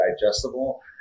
digestible